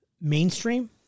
mainstream